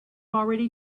already